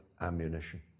ammunition